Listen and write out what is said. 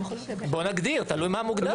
בוא נגדיר, תלוי מה מוגדר.